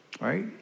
right